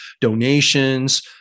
donations